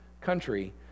country